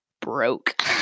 Broke